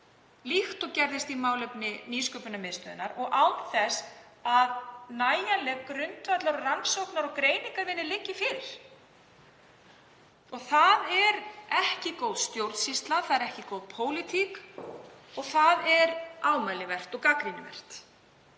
líkt og gerðist í málefnum Nýsköpunarmiðstöðvar, án þess að nægjanleg grundvallarrannsóknar- og greiningarvinna liggi fyrir. Það er ekki góð stjórnsýsla og það er ekki góð pólitík og það er ámælisvert og gagnrýnisvert.